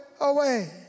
away